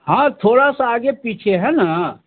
हाँ थोड़ा सा आगे पीछे है न